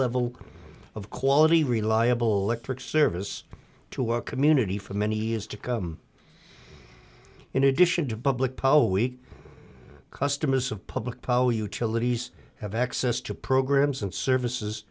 level of quality reliable electricity has to our community for many years to come in addition to public power we customers of public policy utilities have access to programs and services